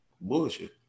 Bullshit